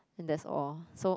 and that's all so